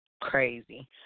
crazy